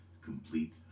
complete